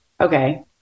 okay